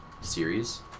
series